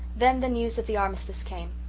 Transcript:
then the news of the armistice came,